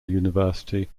university